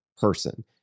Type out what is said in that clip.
person